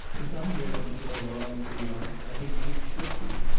if i'm willing to go along as we are, i think you should be.